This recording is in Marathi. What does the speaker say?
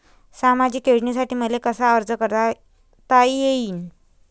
सामाजिक योजनेसाठी मले कसा अर्ज करता येईन?